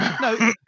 No